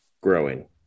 growing